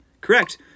Correct